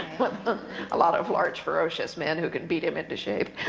with a lot of large, ferocious men who can beat him into shape.